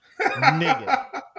Nigga